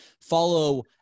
follow